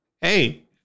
hey